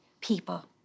people